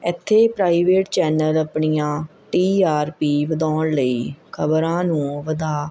ਇੱਥੇ private channel ਆਪਣੀਆਂ T R P ਵਧਾਉਣ ਲਈ ਖਬਰਾਂ ਨੂੰ ਵਧਾ